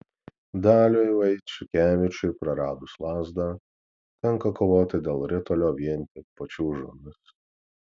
daliui vaiciukevičiui praradus lazdą tenka kovoti dėl ritulio vien tik pačiūžomis